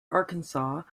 arkansas